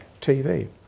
TV